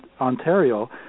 Ontario